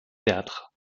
théâtres